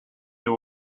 new